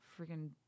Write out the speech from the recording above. freaking